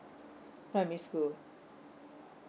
primary school